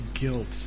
guilt